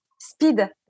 speed